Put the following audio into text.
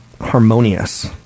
harmonious